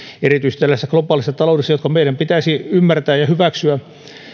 erityisesti tällaisessa globaalissa taloudessa mikä meidän pitäisi ymmärtää ja hyväksyä